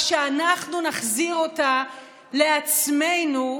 כשאנחנו נחזיר אותה לעצמנו,